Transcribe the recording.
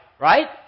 Right